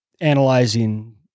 analyzing